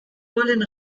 wollen